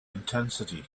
intensity